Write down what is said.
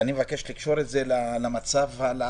ואני מבקש לקשור את זה למצב ההכרזה,